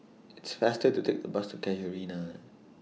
It's faster to Take The Bus to Casuarina